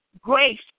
grace